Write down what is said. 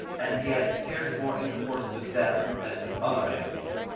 and he had scarce more intercourse with them than with other animals,